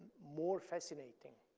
more fascinating.